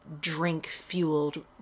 drink-fueled